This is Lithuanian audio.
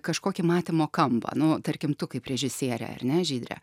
kažkokį matymo kampą nu tarkim tu kaip režisierė ar ne žydre